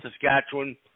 Saskatchewan